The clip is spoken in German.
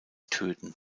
töten